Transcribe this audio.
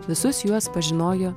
visus juos pažinojo